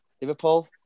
Liverpool